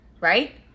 Right